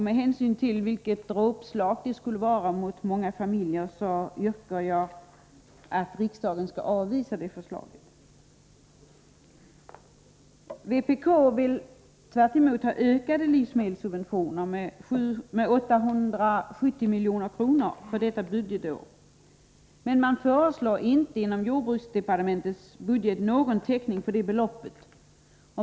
Med hänsyn till det dråpslag detta skulle bli mot många familjer yrkar jag att riksdagen måtte avvisa det förslaget. Vpk vill i sin tur öka livsmedelssubventionerna med 870 milj.kr. för detta budgetår, men man föreslår inte någon täckning för det beloppet inom jordbruksdepartementets budget.